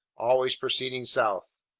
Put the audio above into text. always proceeding south.